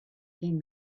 came